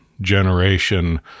generation